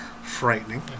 frightening